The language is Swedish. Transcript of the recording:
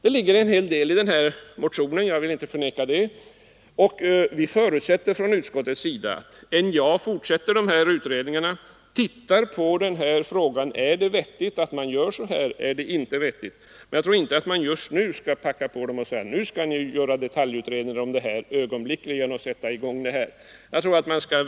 Jag vill inte förneka att det ligger en hel del i resonemanget i motionen — och utskottet förutsätter att NJA fortsätter utredningarna och undersöker om det är vettigt eller inte vettigt att göra så. Jag tror dock inte det är klokt att just nu driva på och säga, att man nu ögonblickligen skall sätta i gång och göra detaljutredningar.